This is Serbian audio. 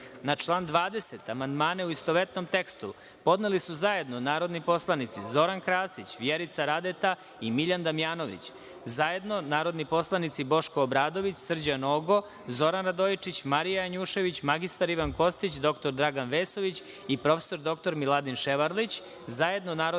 član 20. amandmane, u istovetnom tekstu, podneli su zajedno narodni poslanici Zoran Krasić, Vjerica Radeta i Miljan Damjanović, zajedno narodni poslanici Boško Obradović, Srđan Nogo, Zoran Radojičić, Marija Janjušević, mr Ivan Kostić, dr Dragan Vesović i prof. dr Miladin Ševarlić,